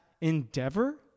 endeavor